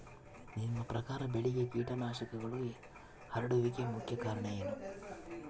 ನಿಮ್ಮ ಪ್ರಕಾರ ಬೆಳೆಗೆ ಕೇಟನಾಶಕಗಳು ಹರಡುವಿಕೆಗೆ ಮುಖ್ಯ ಕಾರಣ ಏನು?